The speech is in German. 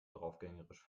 draufgängerisch